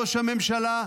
ראש הממשלה,